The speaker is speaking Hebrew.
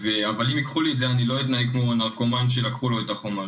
אבל אם ייקחו לי את זה אני לא אתנהג כמו "נרקומן" שלקחו לו את החומרים.